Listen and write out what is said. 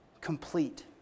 complete